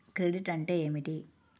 Credit అంటే ఏమిటి?